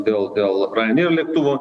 dėl dėl rajenier lėktuvo